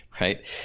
right